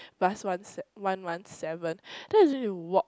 bus one se~ one one seven then I still need to walk